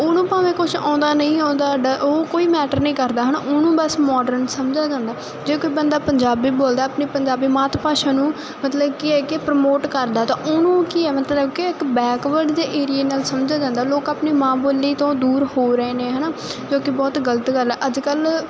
ਉਹਨੂੰ ਭਾਵੇਂ ਕੁਝ ਆਉਂਦਾ ਨਹੀਂ ਆਉਂਦਾ ਉਹ ਕੋਈ ਮੈਟਰ ਨਹੀਂ ਕਰਦਾ ਹਨਾ ਉਹਨੂੰ ਬਸ ਮਾਡਰਨ ਸਮਝਿਆ ਜਾਂਦਾ ਜੇ ਕੋਈ ਬੰਦਾ ਪੰਜਾਬੀ ਬੋਲਦਾ ਆਪਣੀ ਪੰਜਾਬੀ ਮਾਤ ਭਾਸ਼ਾ ਨੂੰ ਮਤਲਬ ਕਿ ਪ੍ਰਮੋਟ ਕਰਦਾ ਤਾਂ ਉਹਨੂੰ ਕੀ ਮਤਲਬ ਓਕੇ ਇੱਕ ਬੈਕਵਰਡ ਜੇ ਏਰੀਏ ਨਾਲ ਸਮਝਿਆ ਜਾਂਦਾ ਲੋਕ ਆਪਣੇ ਮਾਂ ਬੋਲੀ ਤੋਂ ਦੂਰ ਹੋ ਰਹੇ ਨੇ ਹਨਾ ਕਿਉਂਕਿ ਬਹੁਤ ਗਲਤ ਗੱਲ ਹ ਅੱਜ ਕੱਲ ਮਤਲਬ